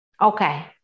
Okay